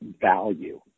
value